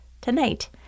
tonight